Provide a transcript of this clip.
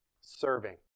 serving